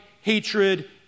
hatred